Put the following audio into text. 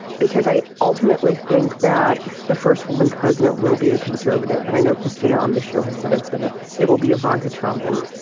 because i ultimately think that the first woman president will be a conservative. and i know christina on this show has said it's been a it will be ivana trump and